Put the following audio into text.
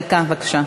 דקה, בבקשה.